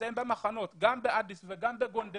נמצאים במחנות גם באדיס וגם בגונדר